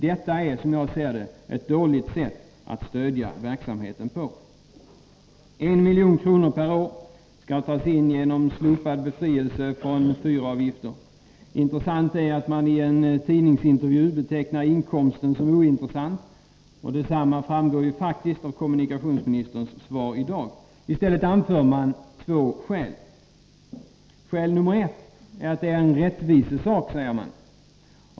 Detta är, som jag ser det, ett dåligt sätt att stödja verksamheten på. 1 milj.kr. per år skall tas in genom slopad befrielse från fyravgifter. Intressant är att man i en tidningsintervju betecknar inkomsten som ointressant. Att man anser det framgår faktiskt också av kommunikationsministerns svar i dag. Han anför två andra skäl. Skäl nr 1 är att det är en rättvisesak.